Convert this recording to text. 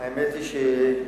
האמת היא שבפירוק